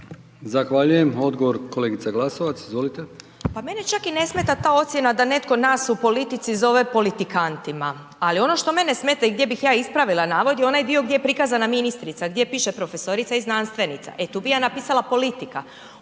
(HDZ)** Odgovor kolegica Glasovac, izvolite.